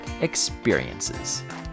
experiences